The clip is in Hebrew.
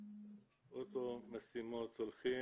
לאותן משימות הולכים,